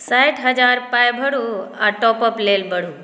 साठि हजार पाय भरू आ टॉपअप लेल बढ़ू